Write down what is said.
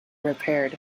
repaired